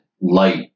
light